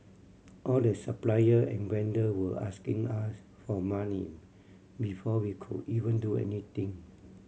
all the supplier and vendor were asking us for money before we could even do anything